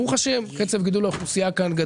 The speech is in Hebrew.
קצב גידול האוכלוסייה כאן,